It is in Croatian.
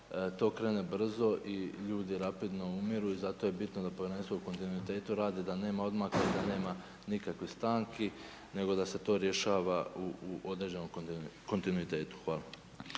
to krene brzo i ljudi rapidno umiru. Zato je bitno da da povjerenstvo u kontinuitetu radi, da nema odmaka i da nema nikakvih stanki, nego da se to rješava u određenom kontinuitetu. Hvala.